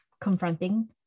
confronting